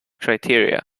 criteria